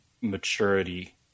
maturity